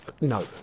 No